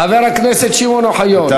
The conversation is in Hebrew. חבר הכנסת שמעון אוחיון,